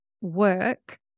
work